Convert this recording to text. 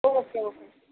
okay okay